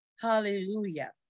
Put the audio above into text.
hallelujah